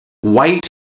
white